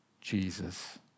Jesus